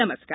नमस्कार